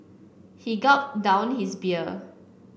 he gulped down his beer